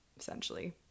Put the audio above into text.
essentially